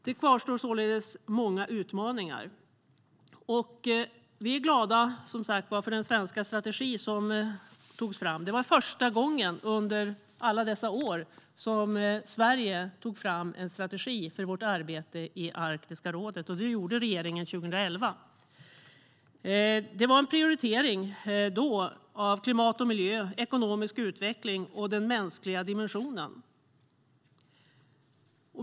Det kvarstår således många utmaningar. Vi är glada för den svenska strategi som togs fram. Det var första gången under alla dessa år som Sverige tog fram en strategi för vårt arbete i Arktiska rådet. Det gjorde regeringen 2011. Det var en prioritering då av klimat och miljö, ekonomisk utveckling och den mänskliga dimensionen.